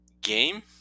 game